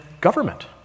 government